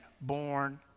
born